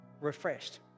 refreshed